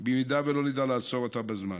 אם לא נדע לעצור אותה בזמן.